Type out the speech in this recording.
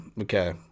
Okay